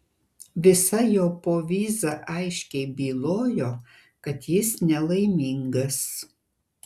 visa jo povyza aiškiai bylojo kad jis nelaimingas